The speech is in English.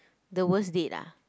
the worst date ah